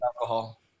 Alcohol